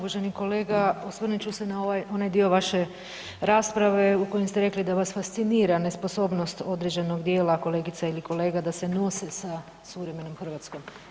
Poštovani kolega, osvrnut ću se na ovaj, onaj dio vaše rasprave u kojoj ste rekli da vas fascinira nesposobnost određenog dijela kolegica ili kolega da se nose sa suvremenom Hrvatskom.